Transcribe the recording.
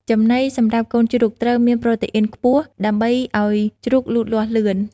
ចំណីសម្រាប់កូនជ្រូក ត្រូវមានប្រូតេអ៊ីនខ្ពស់ដើម្បីឲ្យជ្រូកលូតលាស់លឿន។